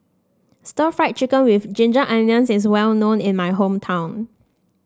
Stir Fried Chicken with Ginger Onions is well known in my hometown